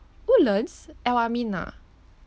woodlands al ameen ah